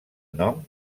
nom